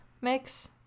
Mix